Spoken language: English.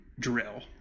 drill